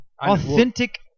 Authentic